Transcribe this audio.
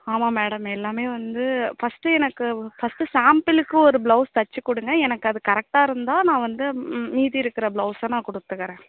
ஆமாம் மேடம் எல்லாமே வந்து ஃபஸ்ட்டு எனக்கு ஃபஸ்ட்டு சாம்பிளுக்கு ஒரு ப்ளௌஸ் தைச்சு கொடுங்கள் எனக்கு அது கரெக்ட்டாக இருந்தால் நான் வந்து மீதி இருக்கிற பிளௌசெஸை நான் கொடுத்துக்கறேன்